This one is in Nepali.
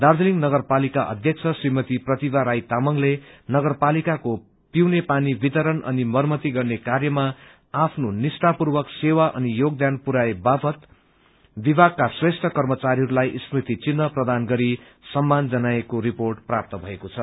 दार्जीलिङ नगरपालिका अध्यक्ष श्रीमती प्रतिभा राई तामंगले नगरपालिकाको पिउने पानी वितरण अनि मरमती गर्ने कार्यमा आफ्नो निष्ठार्पूवक सेवा अनि योगदान पुरयाए वापद विभागका श्रेष्ठ कर्मचारीहरूलाई स्मृति चिन्ह प्रदान गरि सम्मान जनाएको रिर्पोट प्राप्त भएको छ